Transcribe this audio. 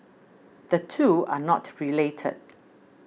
the two are not related